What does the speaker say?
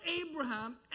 Abraham